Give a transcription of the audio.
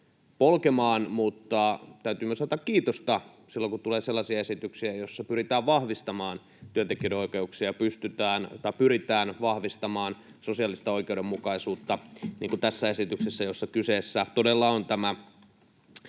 täytyy myös antaa kiitosta silloin, kun tulee sellaisia esityksiä, joissa pyritään vahvistamaan työntekijöiden oikeuksia, pyritään vahvistamaan sosiaalista oikeudenmukaisuutta, niin kuin tässä esityksessä. Kysymys on todella siitä,